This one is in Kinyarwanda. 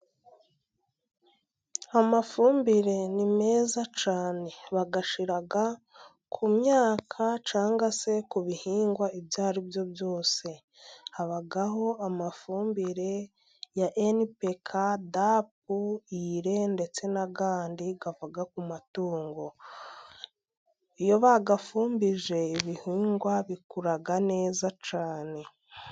Amafumbire ni meza cyane, bayashyira ku myaka cyangwa se ku bihingwa ibyo ari byo byose, habaho amafumbire ya enipeka, dapu, ire ,ndetse n'andi ava ku matungo, iyo bayafumbije ibihingwa bikura neza cyane.